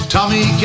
Tommy